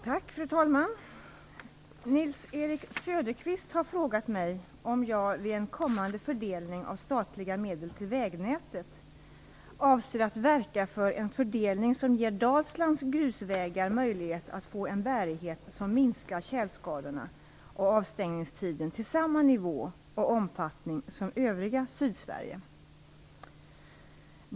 Fru talman! Nils-Erik Söderqvist har frågat mig om jag vid en kommande fördelning av statliga medel till vägnätet avser att verka för en fördelning som ger Dalslands grusvägar möjlighet att få en bärighet som minskar tjälskadorna och avstängningstiden till samma nivå och omfattning som övriga Sydsverige.